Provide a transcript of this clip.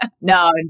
No